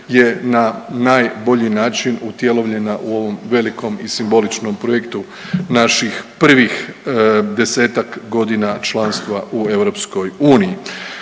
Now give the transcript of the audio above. je na najbolji način utjelovljena u ovom velikom i simboličnom projektu naših prvih desetak godina članstva u EU.